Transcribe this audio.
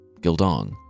Gildong